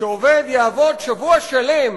שעובד יעבוד שבוע שלם